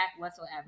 whatsoever